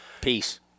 Peace